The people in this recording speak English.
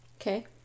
Okay